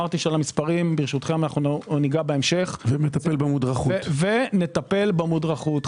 במספרים ניגע בהמשך, ונטפל במודרכות.